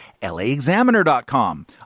LAexaminer.com